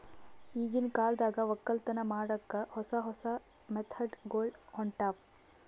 ಈಗಿನ್ ಕಾಲದಾಗ್ ವಕ್ಕಲತನ್ ಮಾಡಕ್ಕ್ ಹೊಸ ಹೊಸ ಮೆಥಡ್ ಗೊಳ್ ಹೊಂಟವ್